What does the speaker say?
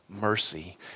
mercy